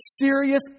serious